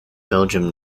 belgium